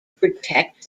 protect